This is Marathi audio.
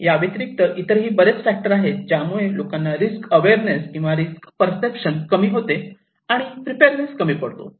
याव्यतिरिक्त इतरही ही बरेच फॅक्टर आहेत ज्यामुळे लोकांची रिस्क अवेअरनेस किंवा रिस्क पर्सेप्शन कमी होते आणि प्रीपेरनेस कमी पडतो